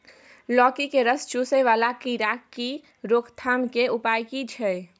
लौकी के रस चुसय वाला कीरा की रोकथाम के उपाय की छै?